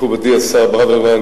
מכובדי השר ברוורמן,